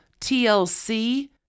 TLC